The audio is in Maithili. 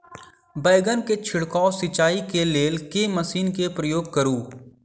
बैंगन केँ छिड़काव सिचाई केँ लेल केँ मशीन केँ प्रयोग करू?